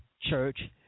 church